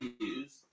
use